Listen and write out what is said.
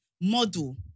Model